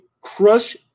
crush